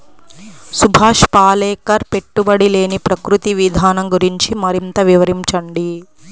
సుభాష్ పాలేకర్ పెట్టుబడి లేని ప్రకృతి విధానం గురించి మరింత వివరించండి